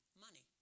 money